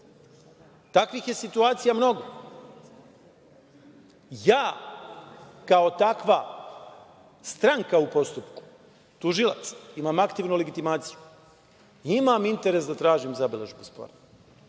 Takvih je situacija mnogo. Ja kao takva stranka u postupku, tužilac, imam aktivnu legitimaciju, imam interes da tražim zabeležbu spora.